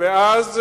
ואז,